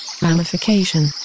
Ramification